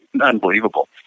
Unbelievable